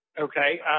Okay